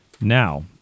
Now